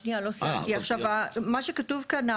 מה שכתוב כאן,